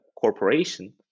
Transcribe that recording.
corporation